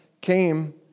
came